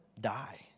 die